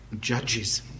Judges